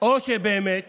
או שבאמת